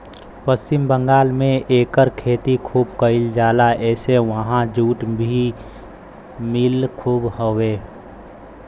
पश्चिम बंगाल में एकर खेती खूब कइल जाला एसे उहाँ जुट मिल भी खूब हउवे